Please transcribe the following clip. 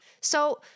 So-